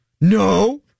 No